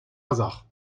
hasard